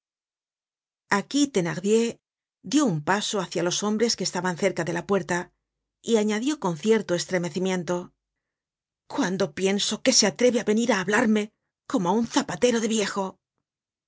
aquí thenardier dió un paso hácia los hombres que estaban cerca de la puerta y añadió con cierto estremecimiento cuando pienso que se atreve á venir á hablarme como á un zapatero de viejo